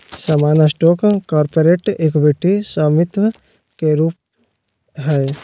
सामान्य stock corporate equity स्वामित्व के एक रूप हय